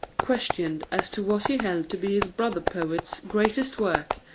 questioned as to what he held to be his brother-poet's greatest work,